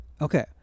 Okay